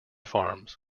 farms